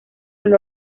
lord